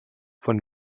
von